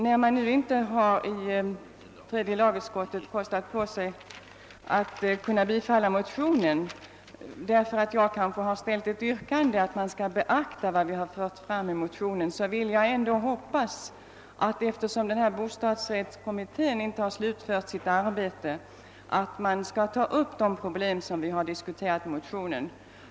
När nu tredje lagutskottet inte har kostat på sig att tillstyrka motionen, kanske därför att jag har ställt ett yrkande om att man skall beakta vad vi har anfört i motionen, vill jag ändå hoppas att bostadsrättskommittén, som ännu inte har slutfört sitt arbete, skall ta upp de problem som vi har diskuterat i motionen.